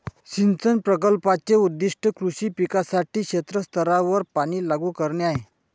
सिंचन प्रकल्पाचे उद्दीष्ट कृषी पिकांसाठी क्षेत्र स्तरावर पाणी लागू करणे आहे